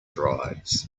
drives